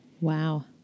Wow